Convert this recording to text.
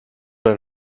dein